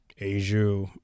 asia